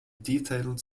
detailed